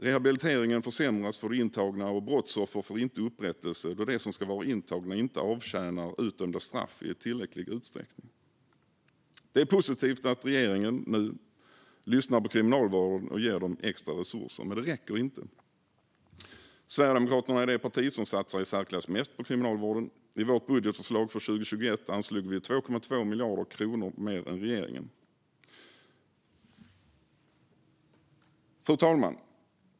Rehabiliteringen försämras för de intagna, och brottsoffer får inte upprättelse då de som ska vara intagna inte avtjänar utdömda straff i tillräcklig utsträckning. Det är positivt att regeringen nu lyssnar på Kriminalvården och ger dem extra resurser, men det räcker inte. Sverigedemokraterna är det parti som satsar i särklass mest på kriminalvården. I vårt budgetförslag för 2021 anslog vi 2,2 miljarder kronor mer än regeringen. Fru talman!